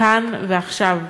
כאן ועכשיו.